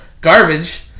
garbage